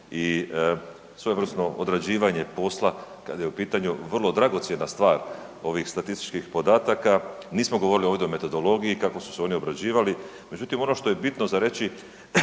i svojevrsno odrađivanje posla kada je u pitanju vrlo dragocjena stvar ovih statističkih podataka. Nismo govorili ovdje o metodologiji, kako su se oni obrađivali, međutim ono što je bitno za reći